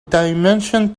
dimension